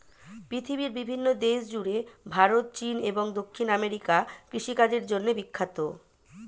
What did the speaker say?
পৃথিবীর বিভিন্ন দেশ জুড়ে ভারত, চীন এবং দক্ষিণ আমেরিকা কৃষিকাজের জন্যে বিখ্যাত